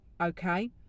okay